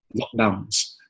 lockdowns